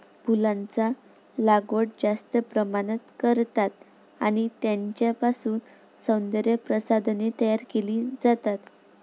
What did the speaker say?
फुलांचा लागवड जास्त प्रमाणात करतात आणि त्यांच्यापासून सौंदर्य प्रसाधने तयार केली जातात